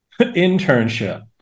internship